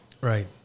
right